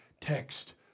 text